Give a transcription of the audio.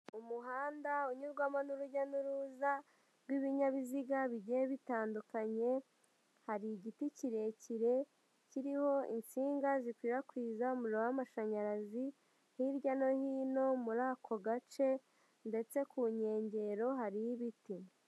Umuhanda unyurwamo n'urujya n'uruza rw'ibinyabiziga bigiye bitandukanye, hari igiti kirekire kiriho insinga zikwirakwiza umuriro w'amashanyarazi hirya no hino muri ako gace, ndetse ku nkengero hariho ibiti.